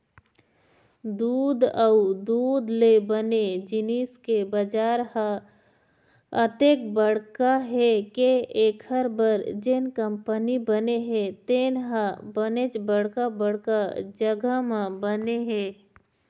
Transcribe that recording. दूद अउ दूद ले बने जिनिस के बजार ह अतेक बड़का हे के एखर बर जेन कंपनी बने हे तेन ह बनेच बड़का बड़का जघा म बने हे